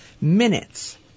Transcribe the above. Minutes